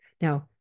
Now